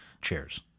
Cheers